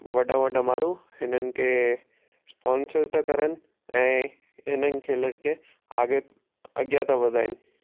वॾा वॾा माण्हू हिननि खे स्पोंसर था करनि ऐं इन्हनि खेलण खे आगे अॻियां था वधाइनि